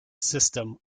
system